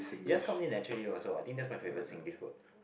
it just comes in naturally also I think that's my favourite Singlish word